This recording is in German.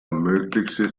ermöglichte